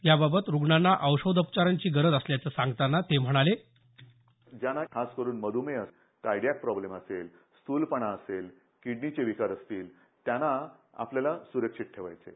या रूग्णांना औषधोपचारांची गरज असल्याचं सांगतांना ते म्हणाले ज्यांना खासकरून मध्यमेह असेल कारडीयॉक प्राब्लेम असेल स्थूलपणा असेल किडनीचे विकार असतील त्यांना आपल्याला सुरक्षित ठेवायचं आहे